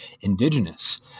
indigenous